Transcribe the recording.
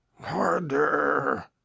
Harder